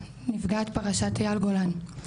נפגעת פרשת אייל גולן.